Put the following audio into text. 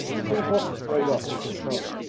three horsemen rode off to patrol.